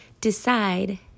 decide